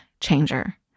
changer